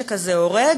הנשק הזה הורג.